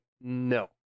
no